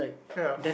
ya